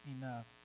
enough